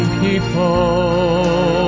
people